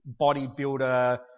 bodybuilder